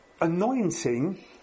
anointing